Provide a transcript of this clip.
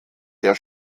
der